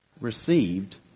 received